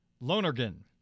Lonergan